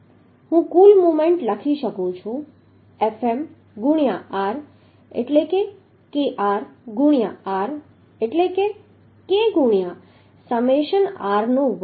હું કુલ મોમેન્ટ લખી શકું છું Fm ગુણ્યાં r એટલે કે kr ગુણ્યાં r એટલે કે k ગુણ્યાં સમેશન r નો વર્ગ